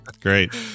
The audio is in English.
great